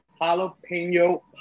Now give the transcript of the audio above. jalapeno